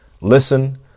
Listen